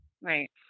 Right